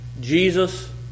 Jesus